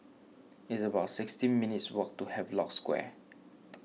it's about sixteen minutes' walk to Havelock Square